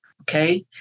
Okay